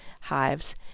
hives